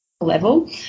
level